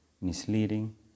misleading